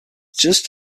just